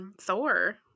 thor